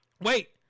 Wait